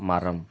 மரம்